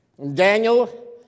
Daniel